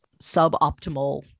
suboptimal